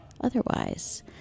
Otherwise